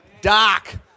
Doc